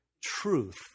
truth